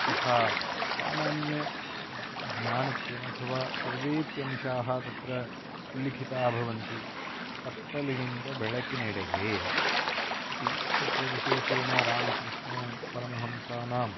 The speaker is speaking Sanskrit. यथा सामान्यज्ञानत्वेन अथवा सर्वेप्यंशाः तत्र उल्लिखिताः भवन्ति कत्तलिनिन्द बेळकिनेडगे इति तत्र विशेषेण रामकृष्णपरमहंसानां